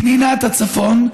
פנינת הצפון,